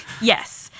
Yes